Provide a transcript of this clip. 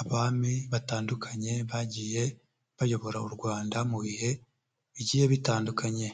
abami batandukanye, bagiye bayobora u Rwanda mu bihe bigiye bitandukanye.